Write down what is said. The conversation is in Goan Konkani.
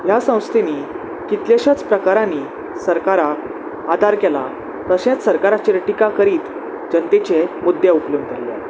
ह्या संस्थेनी कितलेश्याच प्रकारांनी सरकाराक आदार केला तशेंच सरकाराचेर टिका करीत जनतेचे मुद्दे उखलून धरल्यात